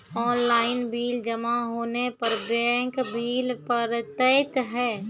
Online bill जमा होने पर बैंक बिल पड़तैत हैं?